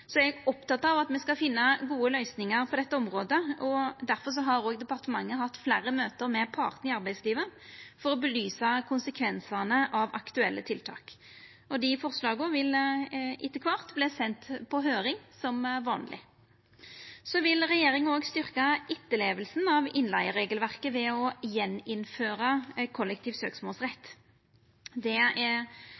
Eg er oppteken av at me skal finna gode løysingar på dette området. Difor har departementet hatt fleire møte med partane i arbeidslivet for å belysa konsekvensane av aktuelle tiltak. Dei forslaga vil etter kvart verta sende på høyring som vanleg. Regjeringa vil òg styrkja etterlevinga av innleigeregelverket ved å innføra kollektiv søksmålsrett